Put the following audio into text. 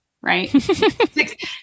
right